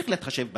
וצריך להתחשב בזה.